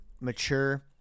mature